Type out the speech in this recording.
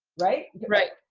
right? right.